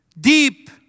deep